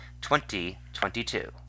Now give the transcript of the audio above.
2022